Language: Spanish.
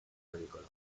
agrícola